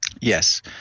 Yes